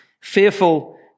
fearful